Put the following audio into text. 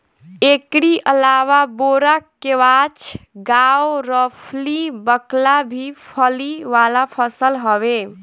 एकरी अलावा बोड़ा, केवाछ, गावरफली, बकला भी फली वाला फसल हवे